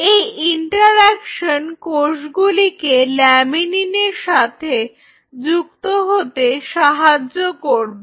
এই ইন্টারঅ্যাকশন কোষগুলিকে ল্যামিনিন সাথে যুক্ত হতে সাহায্য করবে